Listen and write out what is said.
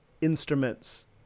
instruments